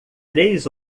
três